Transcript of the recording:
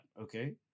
okay